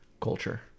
culture